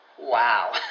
Wow